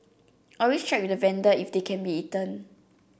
always check with the vendor if they can be eaten